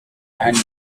and